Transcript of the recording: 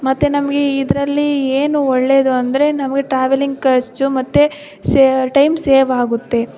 ಮತ್ತು ನಮಗೆ ಇದರಲ್ಲಿ ಏನು ಒಳ್ಳೆಯದು ಅಂದರೆ ನಮಗೆ ಟ್ರಾವೆಲಿಂಗ್ ಖರ್ಚು ಮತ್ತು ಸೇ ಟೈಮ್ ಸೇವ್ ಆಗುತ್ತೆ